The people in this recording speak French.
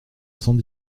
cent